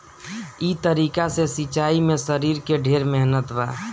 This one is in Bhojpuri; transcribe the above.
ई तरीका के सिंचाई में शरीर के ढेर मेहनत बा